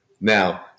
Now